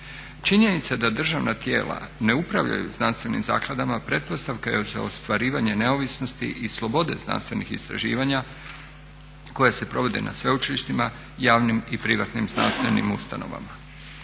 Činjenica da državna tijela ne upravljaju znanstvenim zakladama pretpostavka je za ostvarivanje neovisnosti i slobode znanstvenih istraživanja koja se provode na sveučilištima, javnim i privatnim znanstvenim ustanovama.